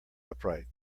upright